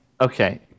Okay